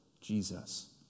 Jesus